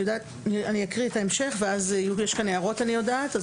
אני אקריא את ההמשך, יש כאן הערות אני יודעת.